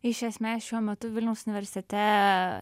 iš esmės šiuo metu vilniaus universitete